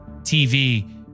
TV